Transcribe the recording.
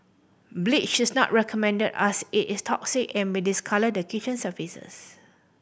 bleach is not recommended as it is toxic and may discolour the kitchen surfaces